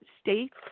states